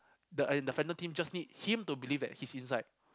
the an the just need him to believe that he's inside